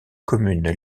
communes